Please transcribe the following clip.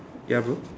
ya bro